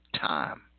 time